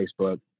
Facebook